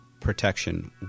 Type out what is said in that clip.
protection